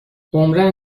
عمرا